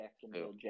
Jacksonville